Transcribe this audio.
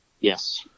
yes